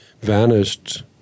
vanished